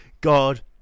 God